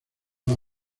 las